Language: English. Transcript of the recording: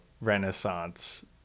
Renaissance